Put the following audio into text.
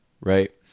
right